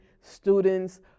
students